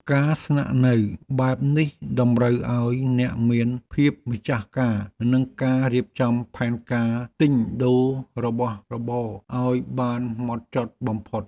ការស្នាក់នៅបែបនេះតម្រូវឱ្យអ្នកមានភាពម្ចាស់ការនិងការរៀបចំផែនការទិញដូររបស់របរឱ្យបានម៉ត់ចត់បំផុត។